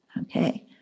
okay